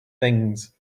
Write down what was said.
things